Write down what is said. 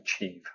achieve